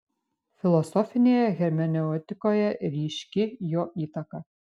filosofinėje hermeneutikoje ryški jo įtaka